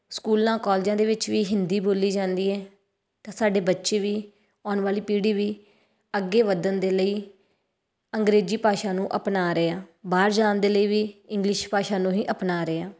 ਸਕੂਲਾਂ ਕਾਲਜਾਂ ਦੇ ਵਿੱਚ ਵੀ ਹਿੰਦੀ ਬੋਲੀ ਜਾਂਦੀ ਹੈ ਤਾਂ ਸਾਡੇ ਬੱਚੇ ਵੀ ਆਉਣ ਵਾਲੀ ਪੀੜ੍ਹੀ ਵੀ ਅੱਗੇ ਵਧਣ ਦੇ ਲਈ ਅੰਗਰੇਜ਼ੀ ਭਾਸ਼ਾ ਨੂੰ ਅਪਣਾ ਰਹੇ ਆ ਬਾਹਰ ਜਾਣ ਦੇ ਲਈ ਵੀ ਇੰਗਲਿਸ਼ ਭਾਸ਼ਾ ਨੂੰ ਹੀ ਅਪਣਾ ਰਹੇ ਆ